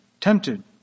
tempted